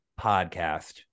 podcast